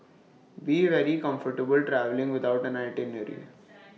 be very comfortable travelling without an itinerary